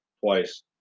twice